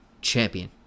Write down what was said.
champion